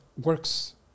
works